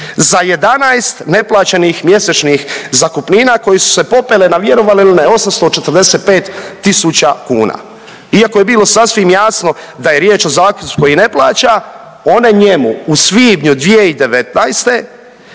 za 11 neplaćenih mjesečnih zakupnina koje su se popele na vjerovali ili ne 845000 kuna, iako je bilo sasvim jasno da je riječ o zakupu koji ne plaća one njemu u svibnju 2019.